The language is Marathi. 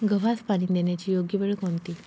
गव्हास पाणी देण्याची योग्य वेळ कोणती?